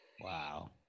wow